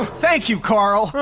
thank you carl.